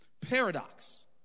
paradox